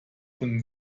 von